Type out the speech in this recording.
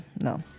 no